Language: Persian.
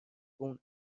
اون